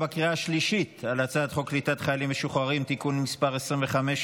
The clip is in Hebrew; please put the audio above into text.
בקריאה השלישית על הצעת חוק קליטת חיילים משוחררים (תיקון מס' 25),